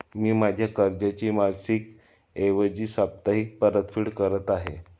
मी माझ्या कर्जाची मासिक ऐवजी साप्ताहिक परतफेड करत आहे